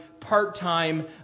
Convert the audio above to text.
part-time